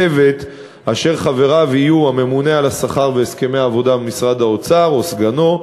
צוות אשר חבריו יהיו הממונה על השכר והסכמי העבודה במשרד האוצר או סגנו,